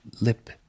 lip